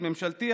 ממשלתי,